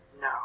No